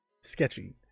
sketchy